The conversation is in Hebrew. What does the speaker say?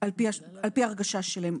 על-פי ההרגשה שלהם.